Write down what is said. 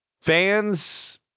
Fans